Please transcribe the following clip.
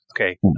Okay